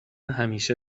همیشه